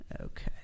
Okay